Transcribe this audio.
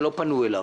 שלא פנו אליו.